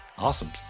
Awesome